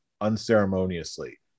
unceremoniously